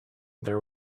there